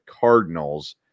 Cardinals